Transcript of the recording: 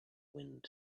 wind